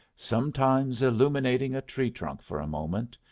sometimes illuminating a tree-trunk for a moment,